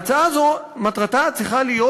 ההצעה הזו מטרתה צריכה להיות,